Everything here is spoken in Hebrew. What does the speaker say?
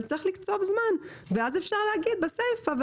צריך לקצוב זמן ואז אפשר להגיד בסיפה,